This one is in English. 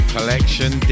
Collection